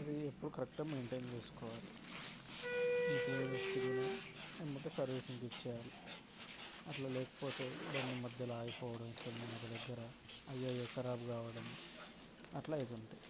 అది ఎప్పుడు కరెక్ట్గా మెయింటైన్ చేసుకోవాలి ఇన్ని కిలోమీటర్స్ తిరిగినయా వెంటనే సర్వీసింగ్కి ఇచ్చేయాలి అట్లా లేకపోతే బండి మధ్యలో ఆగిపోవడం ఎక్కడైనా ఒక దగ్గర అయ్యయో కరాబు కావడం అట్లా అవుతుంటాయి